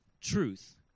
truth